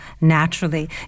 naturally